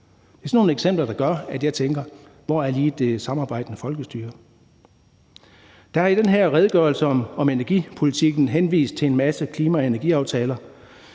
Det er sådan nogle eksempler, der gør, at jeg tænker: Hvor er lige det samarbejdende folkestyre? Kl. 19:54 Der er i den her redegørelse om energipolitikken henvist til en masse klima- og energiaftaler,